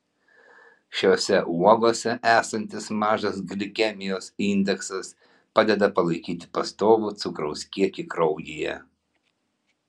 šiose uogose esantis mažas glikemijos indeksas padeda palaikyti pastovų cukraus kiekį kraujyje